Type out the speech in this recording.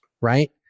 right